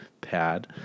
pad